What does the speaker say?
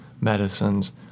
medicines